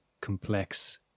complex